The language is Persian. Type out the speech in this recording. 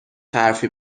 حرفی